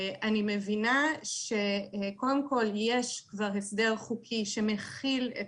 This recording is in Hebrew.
אני מבינה שיש כבר הסדר חוקי שמחיל את